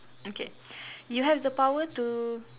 okay you have the power to